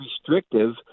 restrictive